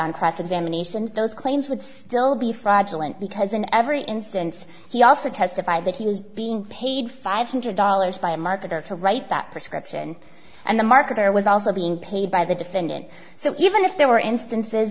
on cross examination those claims would still be fraudulent because in every instance he also testified that he was being paid five hundred dollars by a marketer to write that prescription and the marker was also being paid by the defendant so even if there were instances